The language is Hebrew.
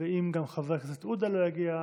אם גם חבר הכנסת עודה לא יגיע,